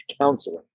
counseling